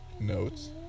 notes